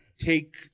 take